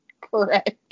Correct